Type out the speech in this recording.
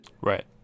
right